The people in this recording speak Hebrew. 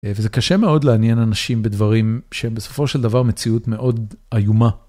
וזה קשה מאוד לעניין אנשים בדברים שבסופו של דבר מציאות מאוד איומה.